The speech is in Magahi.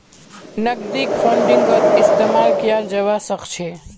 नकदीक फंडिंगत इस्तेमाल कियाल जवा सक छे